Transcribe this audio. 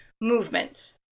movement